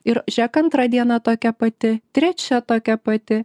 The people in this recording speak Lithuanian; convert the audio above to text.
ir žėk antra diena tokia pati trečia tokia pati